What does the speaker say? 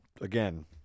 again –